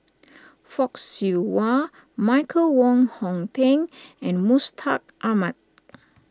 Fock Siew Wah Michael Wong Hong Teng and Mustaq Ahmad